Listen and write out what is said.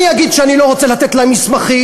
אני אגיד שאני לא רוצה לתת להם מסמכים,